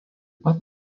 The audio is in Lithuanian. pat